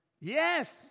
Yes